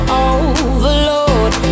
overload